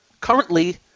Currently